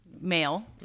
male